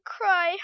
cry